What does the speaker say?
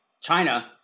China